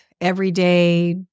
everyday